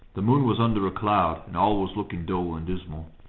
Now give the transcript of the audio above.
the moon was under a cloud, and all was looking dull and dismal.